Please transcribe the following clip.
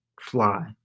fly